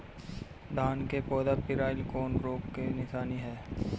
धान के पौधा पियराईल कौन रोग के निशानि ह?